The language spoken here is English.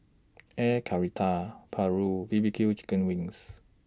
Air Karthira Paru B B Q Chicken Wings